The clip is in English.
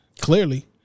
Clearly